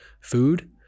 food